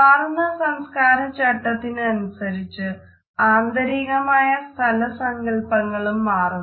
മാറുന്ന സംസ്കാര ചട്ടത്തിനനുസരിച്ച് ആന്തരികമായ സ്ഥല സങ്കല്പങ്ങളും മാറുന്നു